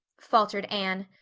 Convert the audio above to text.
faltered anne,